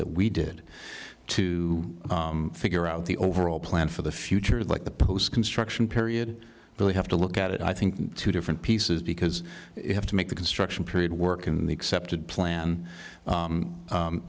that we did to figure out the overall plan for the future like the post construction period really have to look at it i think two different pieces because you have to make the construction period work in the accepted plan